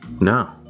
No